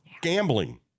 Gambling